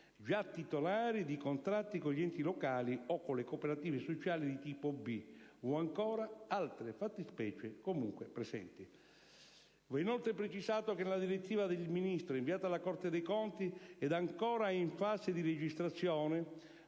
già titolari di contratti con gli enti locali o con le cooperative sociali di tipo B o, ancora, altre fattispecie comunque presenti. Va, inoltre, precisato che, nella direttiva del Ministro inviata alla Corte dei conti ed ancora in fase di registrazione,